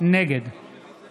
נגד